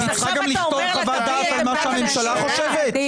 אשמח מאוד לקבל את חוות דעתך המקצועית, אבל אני